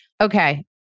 Okay